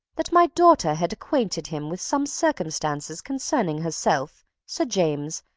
that my daughter had acquainted him with some circumstances concerning herself, sir james,